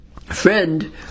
friend